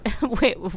Wait